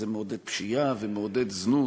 זה מעודד פשיעה ומעודד זנות,